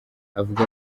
avuga